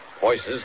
Voices